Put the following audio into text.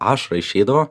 ašara išeidavo